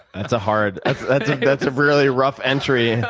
that's a hard that's a really rough entry.